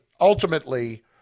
ultimately